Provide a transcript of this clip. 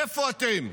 איפה אתם?